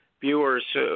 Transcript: viewers